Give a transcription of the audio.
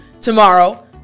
tomorrow